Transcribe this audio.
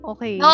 Okay